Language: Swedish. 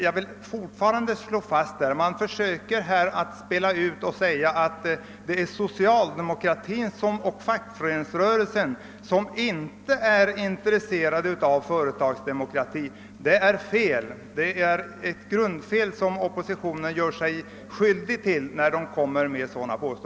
Jag vill fortfarande slå fast att när oppositionen försöker påstå att socialdemokratin och fackföreningsrörelsen inte skulle vara intresserade av företagsdemokrati är detta totalt oriktigt.